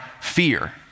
fear